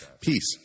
Peace